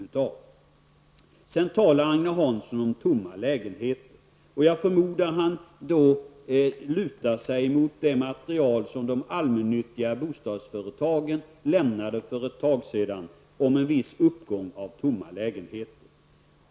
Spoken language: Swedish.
Sedan talar Agne Hansson om tomma lägenheter. Jag förmodar att han då lutar sig mot det material som de allmännyttiga botadsföretagen lämnade för ett tag sedan om en viss uppgång av antalet tomma lägenheter.